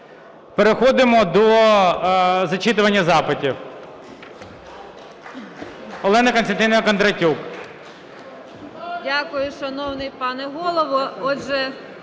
Переходимо до зачитування запитів. Олена Костянтинівна Кондратюк.